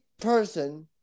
person